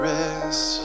Rest